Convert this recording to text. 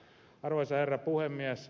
arvoisa herra puhemies